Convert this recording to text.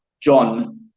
john